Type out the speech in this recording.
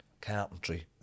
carpentry